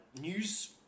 news